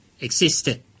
existed